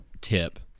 tip